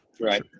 Right